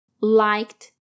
liked